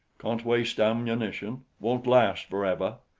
can't waste ammunition. won't last forever.